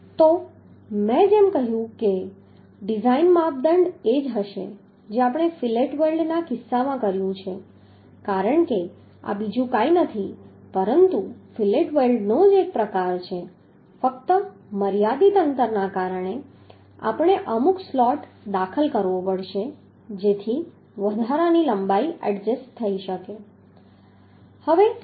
તો મેં જેમ કહ્યું કે ડિઝાઇન માપદંડ એ જ હશે જે આપણે ફિલેટ વેલ્ડના કિસ્સામાં કર્યું છે કારણ કે આ બીજું કંઈ નથી પરંતુ ફિલેટ વેલ્ડનો એક પ્રકાર છે ફક્ત મર્યાદિત અંતરને કારણે આપણે અમુક સ્લોટ દાખલ કરવો પડશે જેથી વધારાની લંબાઈ એડજસ્ટ થઈ શકે